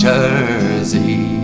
Jersey